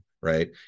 right